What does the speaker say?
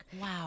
Wow